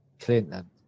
Clinton